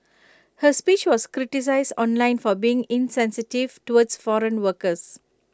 her speech was criticised online for being insensitive towards foreign workers